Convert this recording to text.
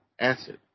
Acid